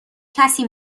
کسی